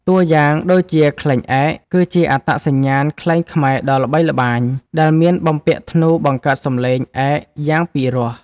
តួយ៉ាងដូចជា ខ្លែងឯក គឺជាអត្តសញ្ញាណខ្លែងខ្មែរដ៏ល្បីល្បាញ ដែលមានបំពាក់ធ្នូបង្កើតសំឡេង ឯក យ៉ាងពីរោះ។